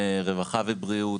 רווחה ובריאות,